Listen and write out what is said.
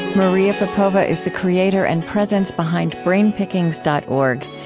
maria popova is the creator and presence behind brainpickings dot org,